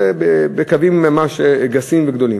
זה בקווים ממש גסים וגדולים.